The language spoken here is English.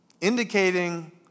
indicating